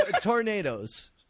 Tornadoes